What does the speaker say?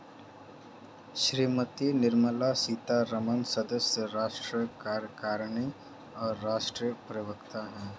श्रीमती निर्मला सीतारमण सदस्य, राष्ट्रीय कार्यकारिणी और राष्ट्रीय प्रवक्ता हैं